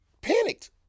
panicked